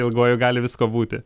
ilguoju gali visko būti